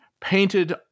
painted